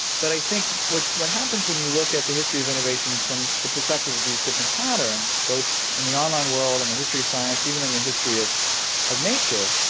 but i think what's happens when you look at the history of innovation from the perspective of these different patterns, both in the online world and the history of science, even in the history of of nature,